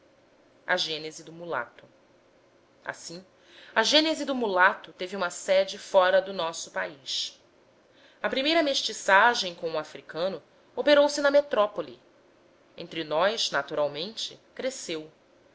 a gênese do mulato assim a gênese do mulato teve uma sede fora do nosso país a primeira mestiçagem com o africano operou se na metrópole entre nós naturalmente cresceu